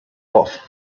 off